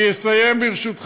טוב, אני מסיים.